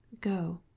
go